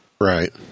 Right